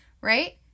Right